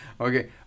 Okay